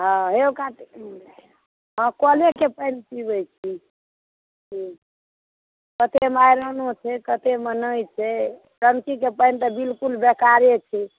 हँ कलेके पानि पिबैत छी कतेमे आयरनो छै कतेमे नहि छै टंकीके पानि तऽ बिल्कुल बेकारे छै